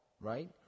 right